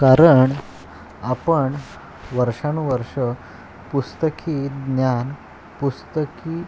कारण आपण वर्षानुवर्ष पुस्तकी ज्ञान पुस्तकी